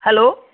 hello